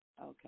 Okay